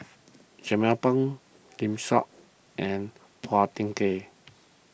Jernnine Pang Lim and Phua Thin Kiay